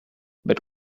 but